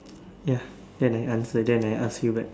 ya then I answer then I ask you back